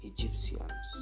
Egyptians